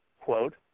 quote